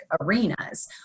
arenas